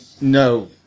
no